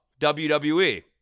WWE